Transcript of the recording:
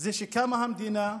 זה שקמה המדינה,